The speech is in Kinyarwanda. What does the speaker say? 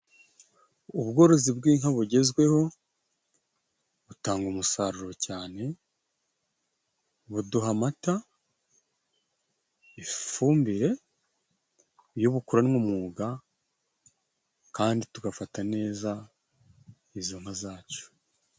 Ubworozi bw'inka bugezweho butanga umusaruro cyane, buduha amata, ifumbire, iyo bukoranwe umwuga, kandi tugafata neza izo nka zacu.